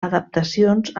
adaptacions